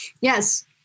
Yes